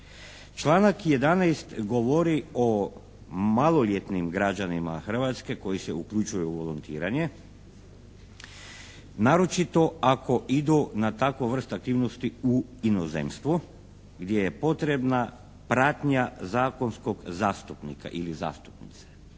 Članak 11. govori o maloljetnim građanima Hrvatske koji se uključuju u volontiranje, naročito ako idu na takvu vrst aktivnosti u inozemstvo gdje je potrebna pratnja zakonskog zastupnika ili zastupnice.